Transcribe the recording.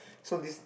so this